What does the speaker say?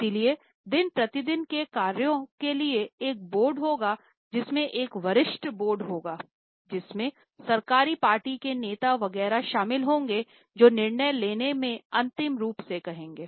इसलिए दिन प्रतिदिन के कार्यों के लिए एक बोर्ड होगा जिसमें एक वरिष्ठ बोर्ड होगा जिसमें सरकारी पार्टी के नेता वगैरह शामिल होंगे जो निर्णय लेने में अंतिम रूप से कहेंगे